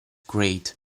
grade